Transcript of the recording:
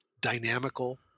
dynamical